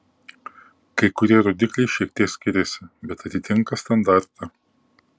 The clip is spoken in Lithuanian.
kai kurie rodikliai šiek tiek skiriasi bet atitinka standartą